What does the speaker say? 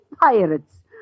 pirates